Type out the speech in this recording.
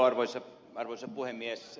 arvoisa puhemies